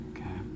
Okay